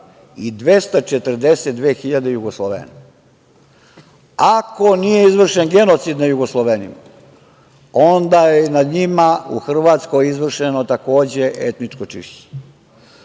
i 242 hiljade Jugoslovena. Ako nije izvršen genocid nad Jugoslovenima, onda je nad njima u Hrvatskoj izvršeno takođe etničko čišćenje.